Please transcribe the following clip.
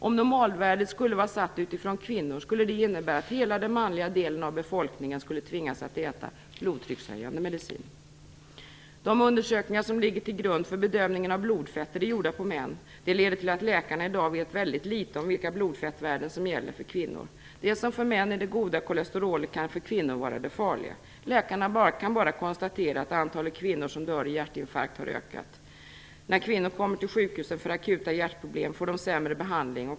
Om normalvärdet skulle vara satt utifrån kvinnor skulle det kunna innebära att hela den manliga delen av befolkningen skulle tvingas äta blodtryckshöjande medicin. De undersökningar som ligger till grund för bedömningen av blodfetter är gjorda på män. Det leder till att läkarna i dag vet väldigt litet om vilka blodfettvärden som gäller för kvinnor. Det som för män är det goda kolesterolet kan för kvinnor vara det farliga. Läkarna kan bara konstatera att antalet kvinnor som dör i hjärtinfarkt har ökat. När kvinnor kommer till sjukhusen för akuta hjärtproblem får de sämre behandling.